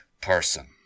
person